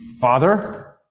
Father